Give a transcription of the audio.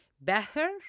better